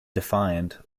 defiant